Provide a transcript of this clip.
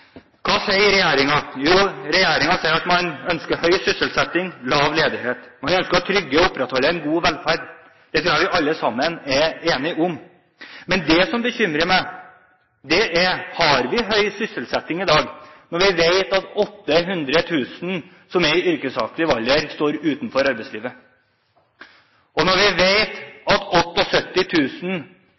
Hva sier regjeringen? Jo, regjeringen sier at man ønsker høy sysselsetting, lav ledighet. Man ønsker å trygge og opprettholde en god velferd. Det tror jeg vi alle er enige om. Men det som bekymrer meg, er: Har vi høy sysselsetting i dag når vi vet at 800 000 i yrkesaktiv alder står utenfor arbeidslivet, når vi vet at